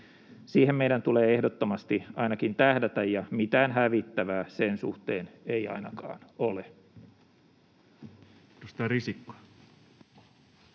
Siihen meidän tulee ehdottomasti ainakin tähdätä, ja mitään hävittävää sen suhteen ei ainakaan ole.